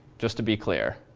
just to be clear?